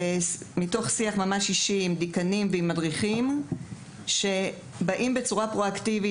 מתוך שיח עם מדריכים ודיקאנים עולה שהם באים בצורה פרו-אקטיבית,